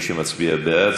מי שמצביע בעד,